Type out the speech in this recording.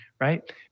right